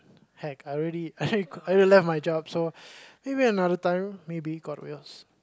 hack I already I already left my job maybe another time maybe god's wills